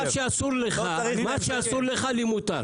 מה שאסור לך, לי מותר.